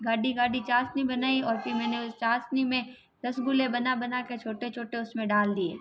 गाड़ी गाड़ी चासनी बनाई और फ़िर मैंने उस चासनी में रसगुल्ले बना बना के छोटे छोटे उसमें डाल दिए